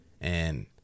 and-